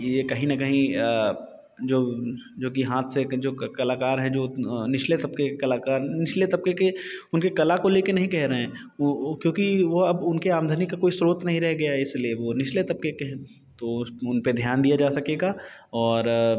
ये कहीं ना कहीं जो जो कि हाथ से के जो कलाकार है जो निछले तबक़े के कलाकार निचले तबक़े के उन की कला को ले कर नहीं कह रहे हैं वो वो क्योंकि वो अब उनके आमदनी का कोई स्रोत नहीं रह गया इस लिए वो निछले तबक़े के हैं तो उन पर ध्यान दिया जा सकेगा और